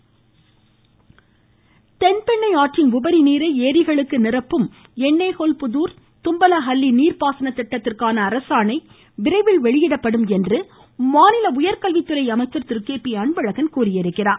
ம் ம் ம் ம் ம அன்பழகன் தென்பெண்ணை ஆற்றின் உபரிநீரை ஏரிகளுக்கு நிரப்பும் எண்ணேகோல் புதூர் தும்பலஹள்ளி நீர்பாசன திட்டத்திற்கான அரசாணை விரைவில் வெளியிடப்படும் என்று மாநில உயர்கல்வித்துறை அமைச்சர் திரு கே பி அன்பழகன் தெரிவித்திருக்கிறார்